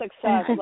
success